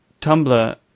Tumblr